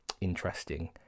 interesting